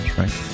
right